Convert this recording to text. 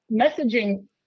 messaging